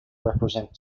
represent